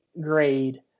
grade